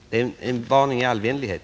Det är en varning i all vänlighet.